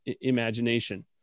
imagination